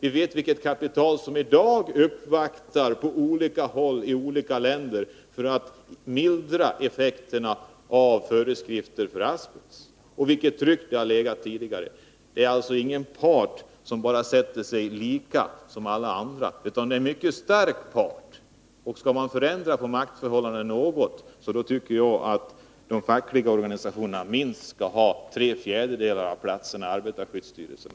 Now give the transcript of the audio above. Vi vet vilket kapital som i dag på olika håll och i olika länder gör uppvaktningar för att mildra effekterna av föreskrifterna beträffande asbest. Vi vet vilket tryck det har varit tidigare. SAF är ingen part jämförbar med andra parter utan en mycket stark part. Skall man kunna förändra maktförhållandena något, måste de fackliga organisationerna ha minst tre fjärdedelar av platserna i arbetarskyddsstyrelsen.